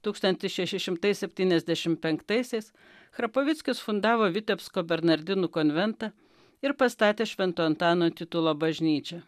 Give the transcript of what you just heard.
tūkstantis šeši šimtai septyniasdešim penktaisiais chrapovickis fundavo vitebsko bernardinų konventą ir pastatė švento antano titulo bažnyčią